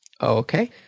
okay